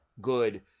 good